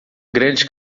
grande